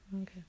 Okay